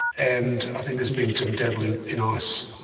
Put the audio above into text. and i think there's been some dabbling in ice.